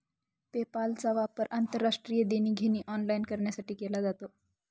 पेपालचा वापर आंतरराष्ट्रीय देणी घेणी ऑनलाइन करण्यासाठी केला जातो